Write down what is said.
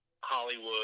Hollywood